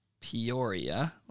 Peoria